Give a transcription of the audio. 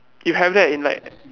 you have that in like